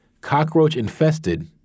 cockroach-infested